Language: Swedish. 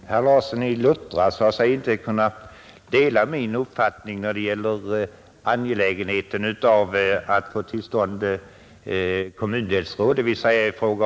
Herr talman! Herr Larsson i Luttra sade sig inte kunna dela min uppfattning när det gäller angelägenheten i fråga om tidtabellen av att få till stånd kommundelsråd.